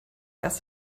erst